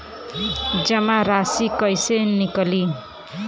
जमा राशि कइसे निकली?